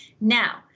Now